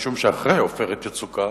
משום שאחרי "עופרת יצוקה"